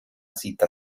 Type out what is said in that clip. cita